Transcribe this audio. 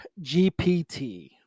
GPT